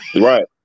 right